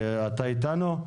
אתה איתנו?